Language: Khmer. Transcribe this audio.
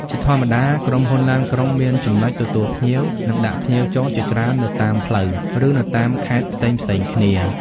ជាធម្មតា ក្រុមហ៊ុនឡានក្រុងមានចំណុចទទួលភ្ញៀវ និងដាក់ភ្ញៀវចុះជាច្រើននៅតាមផ្លូវ ឬនៅតាមខេត្តផ្សេងៗគ្នា។